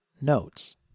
notes